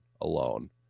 alone